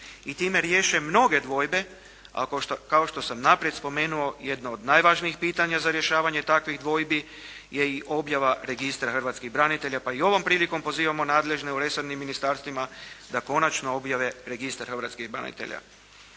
i time riješe mnoge dvojbe, a kao što sam naprijed spomenuo jedna od najvažnijih pitanja za rješavanje takvih dvojbi je i objava registra hrvatskih branitelja pa i ovom prilikom pozivamo nadležne u resornim ministarstvima da konačno objave registar hrvatskih branitelja.